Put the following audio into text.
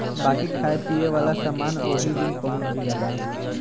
बाकी खाए पिए वाला समान ओही दिन पहुच जाला